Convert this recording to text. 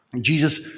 Jesus